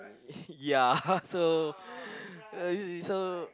ya uh so so